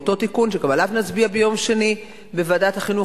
וגם עליו אנחנו נצביע ביום שני בוועדת החינוך,